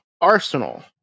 Arsenal